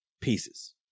pieces